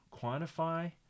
quantify